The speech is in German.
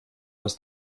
aus